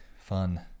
fun